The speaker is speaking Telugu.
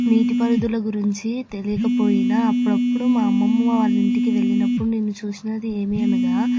నీటి పరిదుల గురించి తెలియకపోయినా అప్పుడప్పుడు మా అమ్మమ్మ వాళ్ళ ఇంటికి వెళ్ళినప్పుడు నేన్ను చూసినది ఏమీ అనగా